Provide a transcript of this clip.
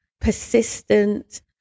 persistent